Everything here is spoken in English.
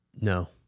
No